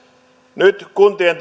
nyt kuntien